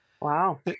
Wow